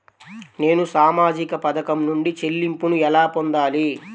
నేను సామాజిక పథకం నుండి చెల్లింపును ఎలా పొందాలి?